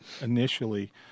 initially